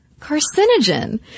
carcinogen